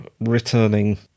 returning